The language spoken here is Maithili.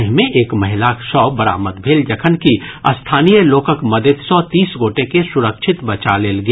एहि मे एक महिलाक शव बरामद भेल जखनकि स्थानीय लोकक मददि सँ तीस गोटे के सुरक्षित बचा लेल गेल